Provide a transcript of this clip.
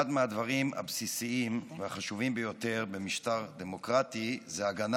אחד מהדברים הבסיסיים והחשובים ביותר במשטר דמוקרטי זה הגנה